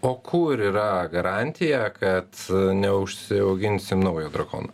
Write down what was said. o kur yra garantija kad neužsiauginsim naujo drakono